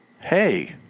Hey